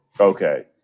okay